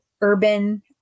urban